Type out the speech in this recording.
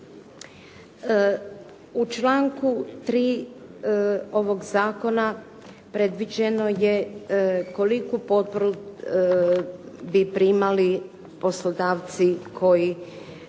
U članku 3. ovog zakona predviđeno je koliku potporu bi primali poslodavci koji